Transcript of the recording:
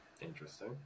Interesting